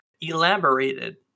elaborated